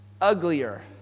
uglier